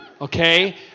okay